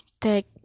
take